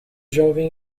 jovem